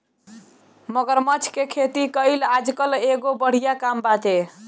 मगरमच्छ के खेती कईल आजकल एगो बढ़िया काम बाटे